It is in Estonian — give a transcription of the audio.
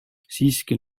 siiski